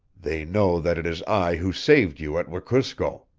they know that it is i who saved you at wekusko.